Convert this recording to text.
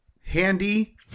Handy